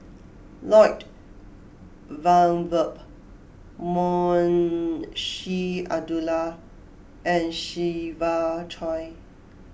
Lloyd Valberg Munshi Abdullah and Siva Choy